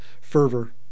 fervor